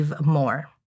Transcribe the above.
More